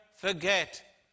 forget